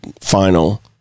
final